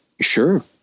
Sure